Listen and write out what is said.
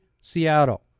Seattle